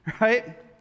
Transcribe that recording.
right